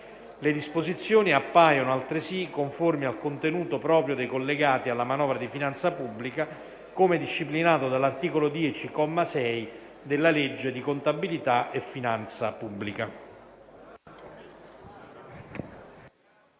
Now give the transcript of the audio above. Le disposizioni appaiono altresì conformi al contenuto proprio dei collegati alla manovra di finanza pubblica, come disciplinato dall'articolo 10, comma 6, della legge di contabilità e finanza pubblica.